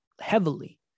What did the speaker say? heavily